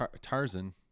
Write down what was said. Tarzan